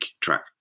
track